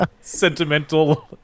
sentimental